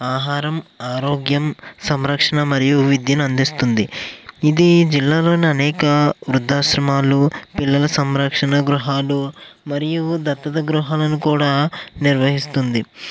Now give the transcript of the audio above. ఆహారం ఆరోగ్యం సంరక్షణ మరియు విద్యను అందిస్తుంది ఇది జిల్లాలోని అనేక వృద్ధాశ్రమాలు పిల్లల సంరక్షణ గృహాలు మరియు దత్తత గృహాలను కూడా నిర్వహిస్తుంది